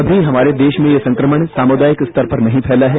अभी हमारे देश में यह संक्रमण सामुदायिक स्तर पर नहीं फैला है